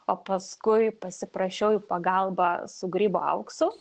o paskui pasiprašiau į pagalbą su grybo auksu